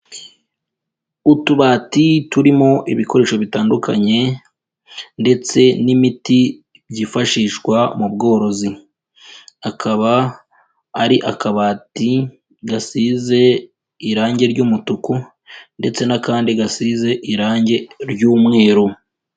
Utubati turimo ibikoresho bitandukanye ndetse n'imiti byifashishwa mu bworozi, akaba ari akabati gasize irangi ry'umutuku, ndetse n'akandi gasize irangi ry'umweru.